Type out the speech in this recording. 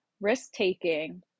risk-taking